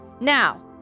now